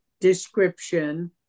description